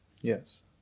yes